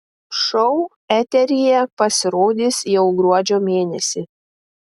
šou eteryje pasirodys jau gruodžio mėnesį